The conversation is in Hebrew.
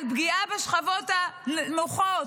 פגיעה בשכבות הנמוכות.